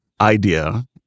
idea